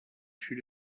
fut